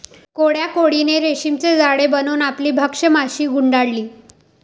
कोळ्याने कोळी रेशीमचे जाळे बनवून आपली भक्ष्य माशी गुंडाळली